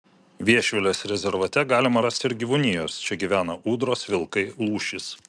viešvilės rezervate galima rasti ir gyvūnijos čia gyvena ūdros vilkai lūšys